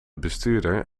bestuurder